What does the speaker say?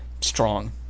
strong